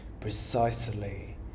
precisely